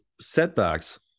setbacks